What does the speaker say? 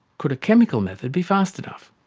could a chemical method be fast enough?